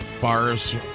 bars